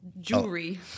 jewelry